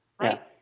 right